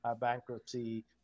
bankruptcy